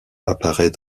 apparaît